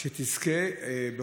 שתזכה.